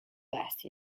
best